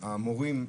המורים,